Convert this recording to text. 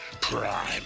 Prime